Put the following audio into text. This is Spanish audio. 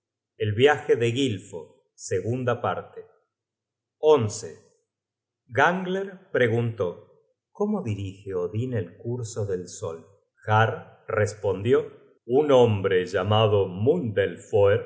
si gangler preguntó cómo dirige odin el curso del sol har respondió un hombre llamado